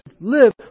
live